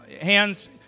Hands